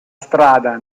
strada